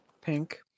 Pink